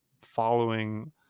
following